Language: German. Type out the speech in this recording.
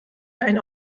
ein